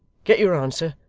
get your answer.